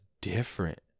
different